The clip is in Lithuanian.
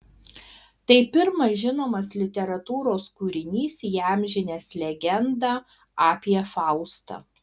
tai pirmas žinomas literatūros kūrinys įamžinęs legendą apie faustą